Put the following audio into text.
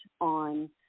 on